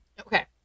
Okay